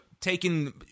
taking